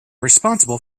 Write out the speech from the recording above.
responsible